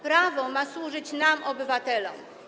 Prawo ma służyć nam, obywatelom.